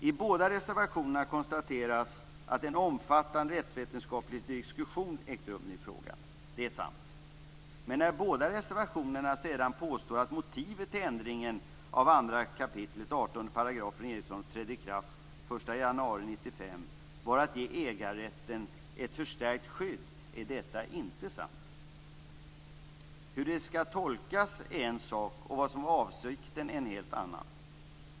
I båda reservationerna konstateras att en omfattande rättsvetenskaplig diskussion ägt rum i frågan. Det är sant. Sedan påstår båda reservationerna att motivet till att ändringen av regeringsformen 2 kap. 18 § trädde i kraft den 1 januari 1995 var att ge ägarrätten ett förstärkt skydd, men detta är inte sant. Hur det skall tolkas är en sak, och vad som var avsikten är en helt annan.